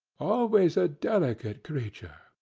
always a delicate creature,